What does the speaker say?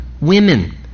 women